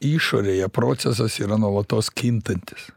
išorėje procesas yra nuolatos kintantis